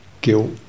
guilt